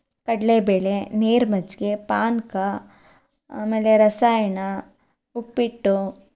ಕಡಲೆ ಬೇಳೆ ನೀರು ಮಜ್ಜಿಗೆ ಪಾನಕ ಆಮೇಲೆ ರಾಸಾಯನ ಉಪ್ಪಿಟ್ಟು